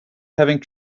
having